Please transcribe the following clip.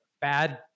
bad